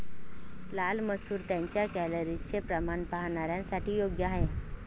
लाल मसूर त्यांच्या कॅलरीजचे प्रमाण पाहणाऱ्यांसाठी योग्य आहे